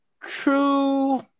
true